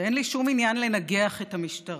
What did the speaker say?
אין לי שום עניין לנגח את המשטרה.